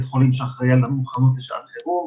הייתי שמחה לשמוע את ההתייחסות שלך בקצרה.